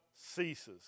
ceases